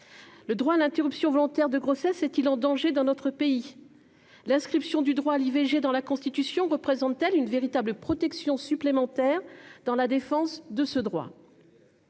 Le droit à l'interruption volontaire de grossesse est-il en danger dans notre pays ? L'inscription du droit à l'IVG dans la Constitution représente-t-elle une véritable protection supplémentaire dans la défense de ce droit ?